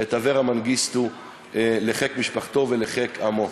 את אברה מנגיסטו לחיק משפחתו ולחיק עמו.